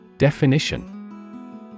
Definition